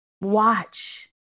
Watch